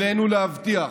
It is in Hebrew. עלינו להבטיח